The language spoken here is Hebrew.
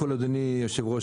אדוני היושב-ראש,